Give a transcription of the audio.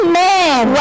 man